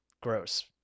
gross